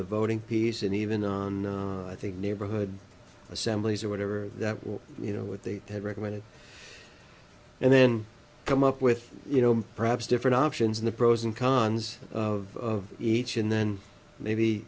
the voting piece and even on i think neighborhood assemblies or whatever that will you know what they have recommended and then come up with you know perhaps different options in the pros and cons of each and then maybe